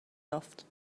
یافت